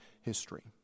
history